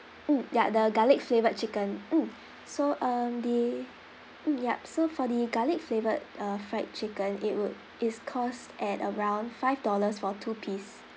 mm ya the garlic flavoured chicken mm so um the mm yup so for the garlic flavoured uh fried chicken it would it's cost at around five dollars for two piece